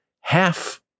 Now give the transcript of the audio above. half